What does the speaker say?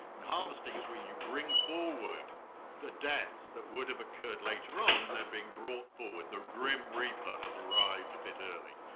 and harvesting is where you bring forward the deaths that would have occurred later on and they're being brought forward. the grim reaper has arrived a bit early.